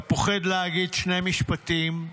אתה פוחד להגיד שני משפטים,